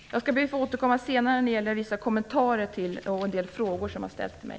Jag ber att få återkomma senare när det gäller vissa kommentarer och även en del frågor som har ställts till mig.